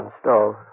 stove